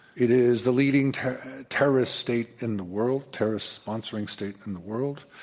it is the leading terrorist terrorist state in the world, terrorist sponsoring state in the world.